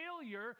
failure